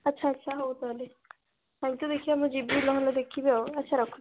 ଆଚ୍ଛା ଆଚ୍ଛା ହଉ ତା' ହେଲେ କାଲି ତ ଦେଖିବା ମୁଁ ଯିବି ନହେଲେ ଦେଖିବି ଆଉ ଆଚ୍ଛା ରଖୁଛି